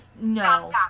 no